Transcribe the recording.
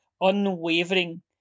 unwavering